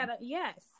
Yes